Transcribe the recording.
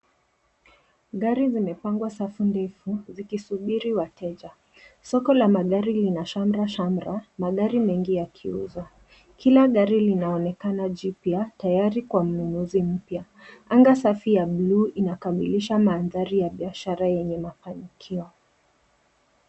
Gari zimepangwa safu ndefu zikisubiri wateja. Soko la magari lina shamra shamra magari mengi yakiuzwa. Kila, gari linaonekana jipya, tayari kwa mnunuzi mpya. Anga safi ya blue , inakamilisha mandhari ya biadhara yenye mafanikio.